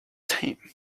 time